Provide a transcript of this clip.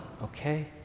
Okay